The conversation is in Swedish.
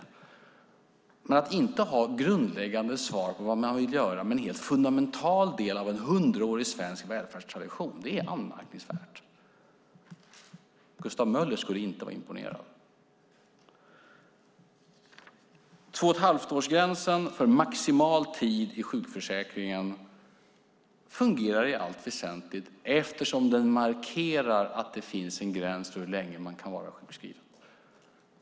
Men att detta parti inte har grundläggande svar på vad man vill göra med en helt fundamental del av en hundraårig svensk välfärdstradition är anmärkningsvärt. Gustav Möller skulle inte vara imponerad. Tvåochetthalvtårsgränsen för maximal tid i sjukförsäkringen fungerar i allt väsentligt eftersom den markerar att det finns en gräns för hur länge man kan vara sjukskriven.